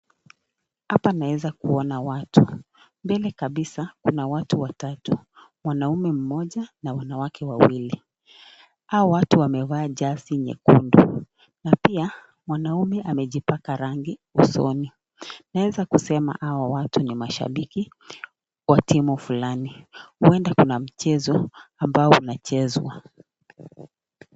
Hapa naweza kuona watu mbele kabisa kuna watu watatu, mwanaume mmoja na wanawake wawili. Hawa watu wamevaa jazi nyekundu na pia mwanaume amejipaka rangi usoni. Naweza kusema hawa watu ni mashabiki wa timu fulani huenda kuna mchezo ambao unachezwa.